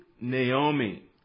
Naomi